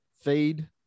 feed